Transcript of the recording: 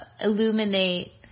illuminate